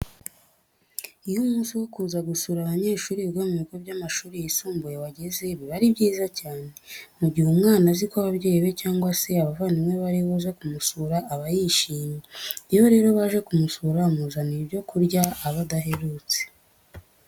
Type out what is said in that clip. Iyo umunsi wo kuza gusura abanyeshuri biga mu bigo by'amashuri yisumbuye wageze biba ari byiza cyane. Mu gihe umwana azi ko ababyeyi be cyangwa se abavandimwe be bari buze kumusura aba yishimye. Iyo rero baje kumusura bamuzanira ibyo kurya aba adaherutse.